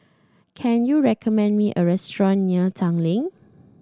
can you recommend me a restaurant near Tanglin